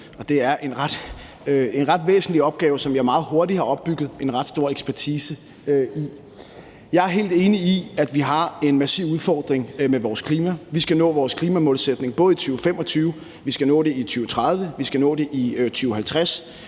det er en ret væsentlig opgave, som jeg meget hurtigt har opbygget en ret stor ekspertise i. Jeg er helt enig i, at vi har en massiv udfordring med vores klima. Vi skal nå vores klimamålsætning både i 2025, vi skal nå den i 2030, og vi